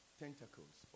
tentacles